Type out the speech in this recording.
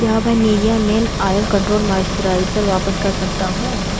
क्या मैं Nivea men oil control moisturiser वापस कर सकता हूँ